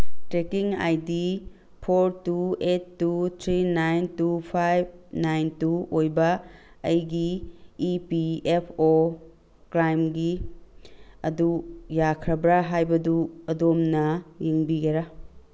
trekking I D four two eight two three nine two five nine two ꯑꯣꯏꯕ ꯑꯩꯒꯤ E P F O ꯀ꯭ꯔꯥꯏꯝꯒꯤ ꯑꯗꯨ ꯌꯥꯈ꯭ꯔꯕ꯭ꯔꯥ ꯍꯥꯏꯕꯗꯨ ꯑꯗꯣꯝꯅ ꯌꯦꯡꯕꯤꯒꯦꯔꯥ